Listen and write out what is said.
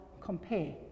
compare